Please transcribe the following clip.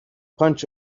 bunch